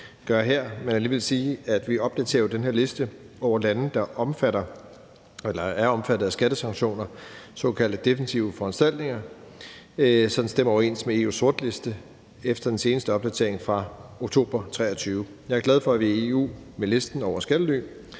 jo opdaterer den her liste over lande, der er omfattet af skattesanktioner, altså såkaldt defensive foranstaltninger, så den stemmer overens med EU's sortliste efter den seneste opdatering fra oktober 2023. Jeg er glad for, at vi i EU med listen over skattely